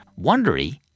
Wondery